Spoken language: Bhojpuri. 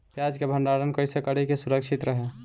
प्याज के भंडारण कइसे करी की सुरक्षित रही?